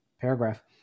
paragraph